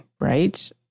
right